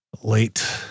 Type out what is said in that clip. late